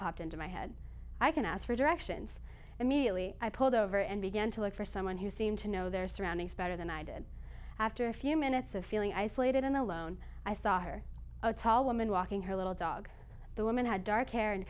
popped into my head i can ask for directions immediately i pulled over and began to look for someone who seemed to know their surroundings better than i did after a few minutes of feeling isolated and alone i saw her a tall woman walking her little dog the woman had dark hair and